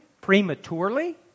prematurely